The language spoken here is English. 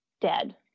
dead